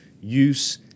use